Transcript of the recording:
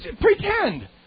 Pretend